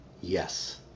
Yes